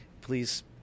Please